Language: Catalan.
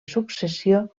successió